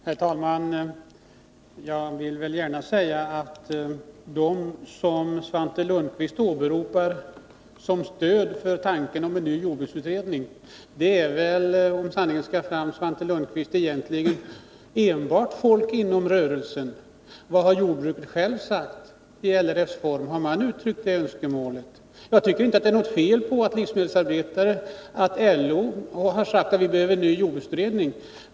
Herr talman! Jag vill gärna säga att de uttalanden som Svante Lundkvist åberopat som stöd för tanken på en ny jordbruksutredning har väl — om sanningen skall fram, Svante Lundkvist — egentligen enbart gjorts av folk inom rörelsen. Vad har jordbruket självt sagt i LRF:s form? Har man uttryckt detta önskemål? Jag tycker inte att det är något fel att livsmedelsarbetarna och LO har sagt att vi behöver en ny jordbruksutredning.